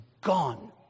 gone